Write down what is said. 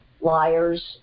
liars